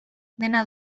dena